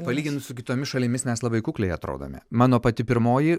palyginus su kitomis šalimis mes labai kukliai atrodome mano pati pirmoji